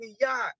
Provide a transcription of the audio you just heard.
yacht